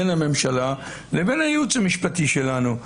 בין הממשלה לבין הייעוץ המשפטי שלנו.